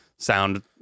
sound